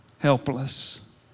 helpless